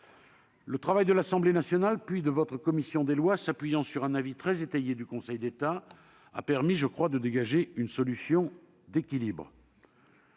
Le travail de l'Assemblée nationale, puis de votre commission des lois, s'appuyant sur un avis très étayé du Conseil d'État, a permis de dégager une solution d'équilibre.